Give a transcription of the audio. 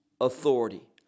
authority